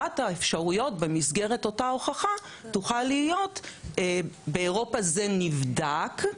אחת האפשרויות במסגרת אותה הוכחה תוכל להיות באירופה זה נבדק,